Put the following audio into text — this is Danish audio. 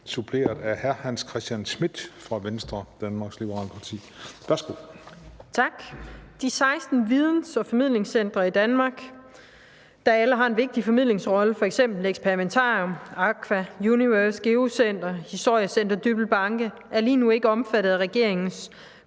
(V) (medspørger: Hans Christian Schmidt (V)): De 16 videns- og formidlingscentre i Danmark, der alle har en vigtig formidlingsrolle, f.eks. Experimentarium, Aqua, Universe, Geocenter og Historiecenter Dybbøl Banke, er lige nu ikke omfattede af regeringens